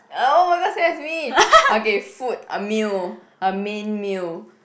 oh my god same as me okay food a meal a main meal